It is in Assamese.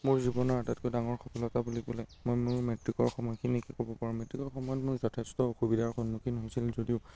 মোৰ জীৱনৰ আটাতকৈ ডাঙৰ সফলতা বুলি ক'লে মই মোৰ মেট্ৰিকৰ সময়খিনিকে ক'ব পাৰোঁ মেট্ৰিকৰ সময়ত মোৰ যথেষ্ট অসুবিধাৰ সন্মুখীন হৈছিলোঁ যদিও